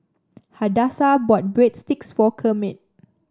Hadassah bought Breadsticks for Kermit